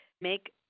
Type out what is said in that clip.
make